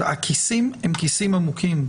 הכיסים הם כיסים עמוקים.